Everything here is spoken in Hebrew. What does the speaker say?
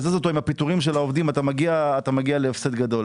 מהפיטורים של העובדים, אתה מגיע להפסד גדול.